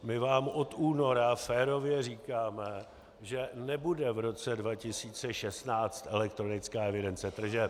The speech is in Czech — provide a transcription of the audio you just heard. My vám od února férově říkáme, že nebude v roce 2016 elektronická evidence tržeb.